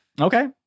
Okay